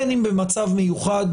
בין אם במצב מיוחד,